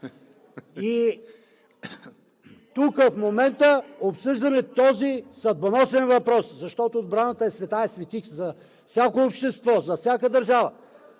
кои. В момента обсъждаме този съдбоносен въпрос – защото отбраната е Светая светих за всяко общество, за всяка държава,